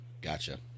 Gotcha